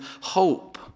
hope